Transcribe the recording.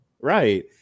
Right